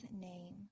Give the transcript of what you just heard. name